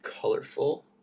colorful